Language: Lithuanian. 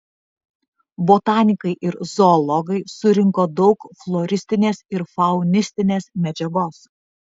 botanikai ir zoologai surinko daug floristinės ir faunistinės medžiagos